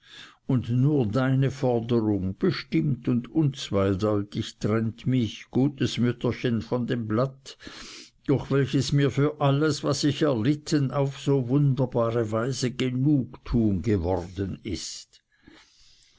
und nur deine forderung bestimmt und unzweideutig trennt mich gutes mütterchen von dem blatt durch welches mir für alles was ich erlitten auf so wunderbare weise genugtuung geworden ist